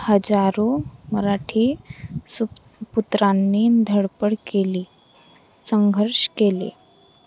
हजारो मराठी सुपुत्रांनी धडपड केली संघर्ष केले